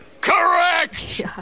Correct